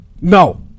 No